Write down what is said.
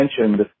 mentioned